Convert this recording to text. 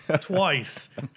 twice